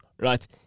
right